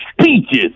speeches